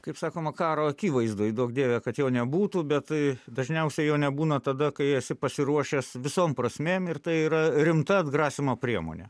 kaip sakoma karo akivaizdoj duok dieve kad jo nebūtų bet tai dažniausiai jo nebūna tada kai esi pasiruošęs visom prasmėm ir tai yra rimta atgrasymo priemonė